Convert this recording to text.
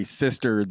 sister